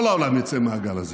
כל העולם יצא מהגל הזה,